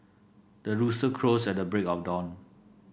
the rooster crows at the break of dawn